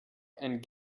and